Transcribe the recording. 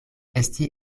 esti